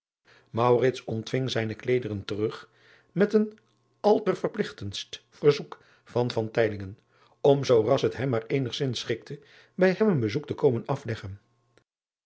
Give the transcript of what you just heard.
ontving zijne kleederen terug met een alterverpligtendst verzoek van om zoo ras het hem maar eenigzins schikte bij hem een bezoek te komen afleggen